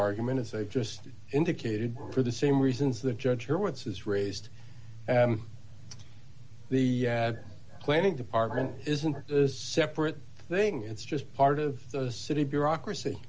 argument as i've just indicated for the same reasons the judge here which has raised the planning department isn't as separate thing it's just part of the city bureaucracy